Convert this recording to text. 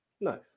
Nice